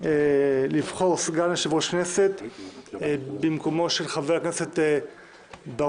לבחור סגן יושב-ראש כנסת במקומו של חבר הכנסת ברוכי,